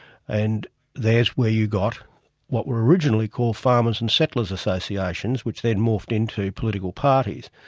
and there's where you got what were originally called farmers and settlers' associations, which then morphed into political parties.